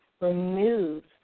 remove